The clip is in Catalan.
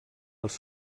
els